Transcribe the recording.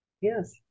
Yes